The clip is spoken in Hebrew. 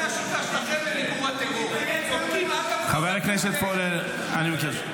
חודש ------ חבר הכנסת פורר, אני מבקש.